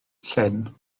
llyn